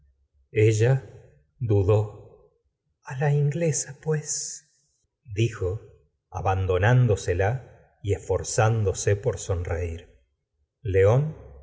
ella dudó ví la inglesa pues dijo abandonándosela y esforzándose por sonreir león